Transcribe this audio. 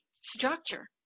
structure